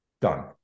done